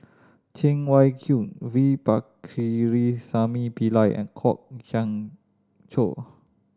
Cheng Wai Keung V Pakirisamy Pillai and Kwok Kian Chow